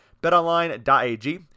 BetOnline.ag